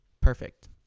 Perfect